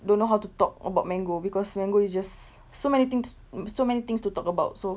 don't know how to talk about mango because mango is just so many things um so many things to talk about so